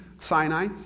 Sinai